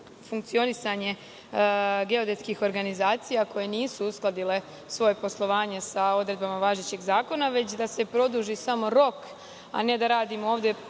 funkcionisanje geodetskih organizacija koje nisu uskladile svoje poslovanje sa odredbama važećeg zakona, već da se produži samo rok, a ne da radimo ovde